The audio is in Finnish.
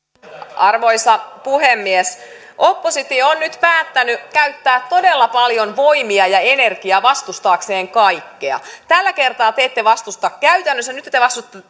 arvoisa puhemies oppositio on nyt päättänyt käyttää todella paljon voimia ja energiaa vastustaakseen kaikkea tällä kertaa te ette vastusta käytännössä nyt te te